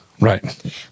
Right